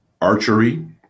archery